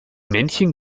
männchen